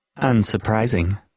Unsurprising